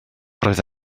roedd